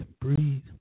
breathe